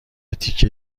تیکه